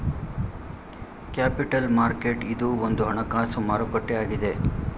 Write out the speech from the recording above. capital market ಇದು ಒಂದು ಹಣಕಾಸು ಮಾರುಕಟ್ಟೆ ಆಗಿದೆ